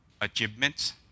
achievements